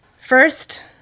First